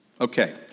Okay